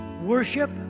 worship